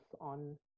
on